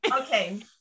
Okay